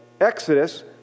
Exodus